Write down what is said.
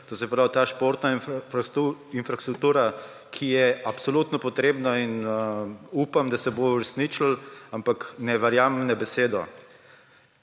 to se pravi ta športna infrastruktura, ki je absolutno potrebna, in upam, da se bo uresničila, ampak ne verjamem na besedo.